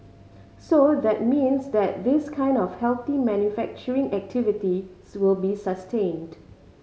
so that means that this kind of healthy manufacturing activity will be sustained